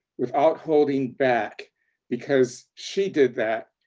without holding back because she did that,